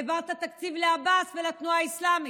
העברת תקציב לעבאס ולתנועה האסלאמית.